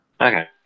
Okay